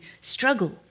struggle